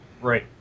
right